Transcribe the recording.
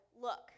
look